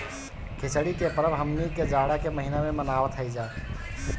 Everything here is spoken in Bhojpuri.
खिचड़ी के परब हमनी के जाड़ा के महिना में मनावत हई जा